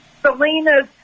Selena's